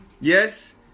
Yes